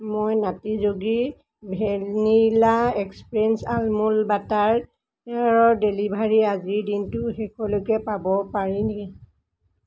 মই Nutty Yogi vanilla express almond butter য়ৰৰ delivery আজিৰ দিনটোৰ শেষলৈকে পাব পাৰিম নি